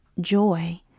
joy